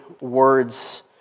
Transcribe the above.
words